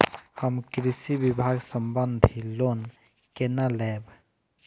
हम कृषि विभाग संबंधी लोन केना लैब?